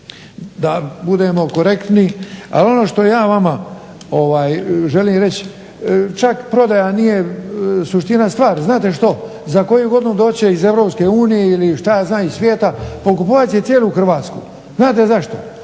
da budemo korektni. Ali ono što ja vama želim reći čak prodaja nije suština stvari. Znate što, za koju godinu doći će iz EU ili što ja znam iz svijeta i pokupovat će cijelu Hrvatsku. Znate zašto?